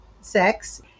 sex